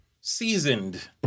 seasoned